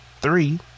three